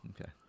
Okay